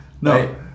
No